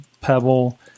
pebble